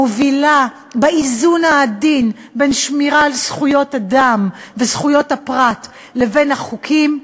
מובילה באיזון העדין בין שמירה על זכויות אדם וזכויות הפרט לבין החוקים.